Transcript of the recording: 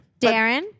Darren